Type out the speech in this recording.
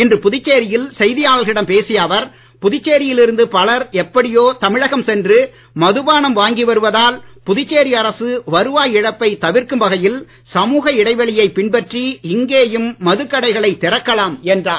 இன்று புதுச்சேரியில் செய்தியாளர்களிடம் பேசிய அவர் புதுச்சேரியில் இருந்து பலர் எப்படியோ தமிழகம் சென்று மதுபானம் வாங்கி வருவதால் புதுச்சேரி அரசு வருவாய் இழப்பை தவிர்க்கும் வகையில் சமூக இடைவெளியை பின்பற்றி இங்கேயும் மதுக்கடைகளைத் திறக்கலாம் என்றார்